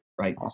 Right